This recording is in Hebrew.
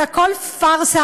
זה הכול פארסה,